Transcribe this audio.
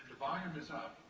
volume is up.